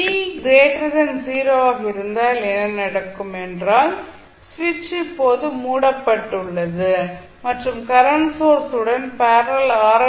t 0 ஆக இருந்தால் என்ன நடக்கும் என்றால் சுவிட்ச் இப்போது மூடப்பட்டுள்ளது மற்றும் கரண்ட் சோர்ஸ் உடன் பேரலல் ஆர்